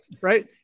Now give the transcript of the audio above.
right